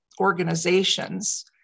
organizations